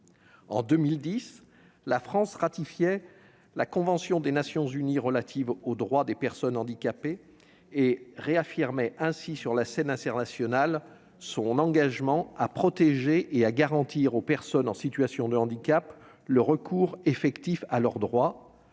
En 2010, la France ratifiait la convention des Nations unies relative aux droits des personnes handicapées et réaffirmait ainsi sur la scène internationale son engagement à protéger les personnes en situation de handicap et à leur garantir